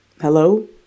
hello